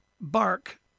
bark